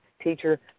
teacher